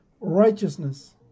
righteousness